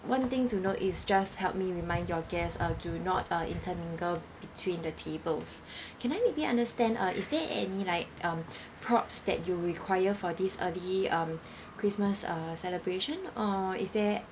one thing to note is just help me remind your guest uh do not uh intermingle between the tables can I maybe understand uh is there any like um props that you require for this early um christmas uh celebration or is there